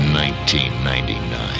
1999